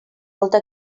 molta